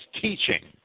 teaching